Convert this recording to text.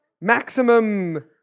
Maximum